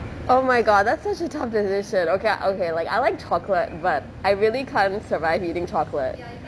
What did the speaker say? oh my god that's such a tough decision okay okay like I like chocolate but I really can't survive eating chocolate